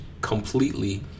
completely